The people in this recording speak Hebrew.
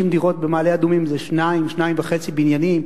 50 דירות במעלה-אדומים זה שניים-וחצי בניינים,